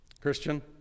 Christian